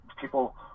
people